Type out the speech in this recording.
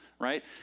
right